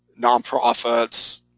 nonprofits